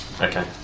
Okay